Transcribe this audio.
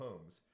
homes